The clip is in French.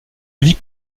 avis